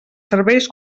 serveis